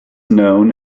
known